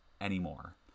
anymore